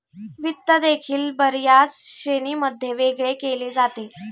वित्त देखील बर्याच श्रेणींमध्ये वेगळे केले जाते